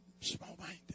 small-minded